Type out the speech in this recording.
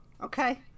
Okay